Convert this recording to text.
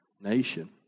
nation